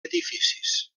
edificis